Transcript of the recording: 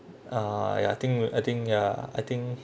uh ya I think I think ya I think